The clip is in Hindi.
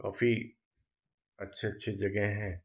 काफी अच्छी अच्छी जगह हैं